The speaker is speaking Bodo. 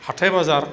हाथाय बाजार